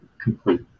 complete